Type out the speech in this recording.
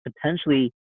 potentially